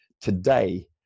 today